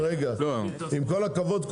עם כל הכבוד,